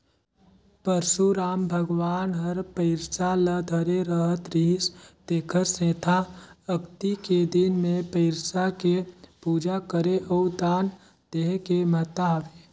परसुराम भगवान हर फइरसा ल धरे रहत रिहिस तेखर सेंथा अक्ती के दिन मे फइरसा के पूजा करे अउ दान देहे के महत्ता हवे